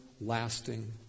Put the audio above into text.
lasting